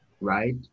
right